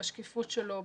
בשקיפות שלו,